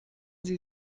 sie